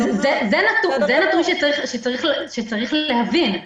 זה נתון שצריך להבין.